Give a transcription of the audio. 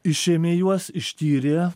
išėmė juos ištyrė